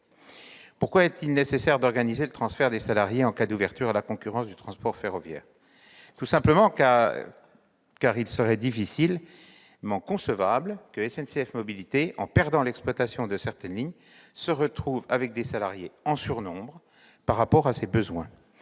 Pourquoi est-il nécessaire d'organiser le transfert des salariés en cas d'ouverture à la concurrence du transport ferroviaire ? Tout simplement parce qu'il serait difficilement concevable que SNCF Mobilités, en perdant l'exploitation de certaines lignes, se retrouve avec des salariés en surnombre au regard de ses besoins,